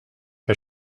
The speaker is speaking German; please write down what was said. bei